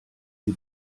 sie